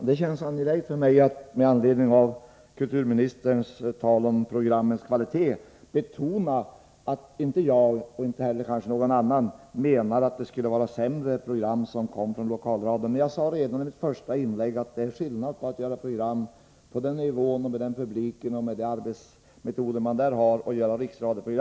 Fru talman! Med anledning av kulturministerns tal om programmens kvalitet känns det angeläget för mig att betona att jag inte — och kanske inte heller någon annan — menar att det skulle produceras sämre program på Lokalradion. Men jag sade redan i mitt första inlägg att det är skillnad mellan att göra program på lokalradionivå — med den publik och med de arbetsmetoder man har på den nivån — och på riksradionivå.